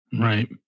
Right